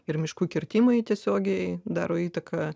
ir miškų kirtimai tiesiogiai daro įtaką